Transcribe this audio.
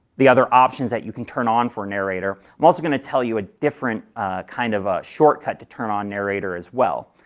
the other options that you can turn on for narrator. i'm also going to tell you a different kind of ah shortcut to turn on narrator as well,